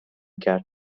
کرد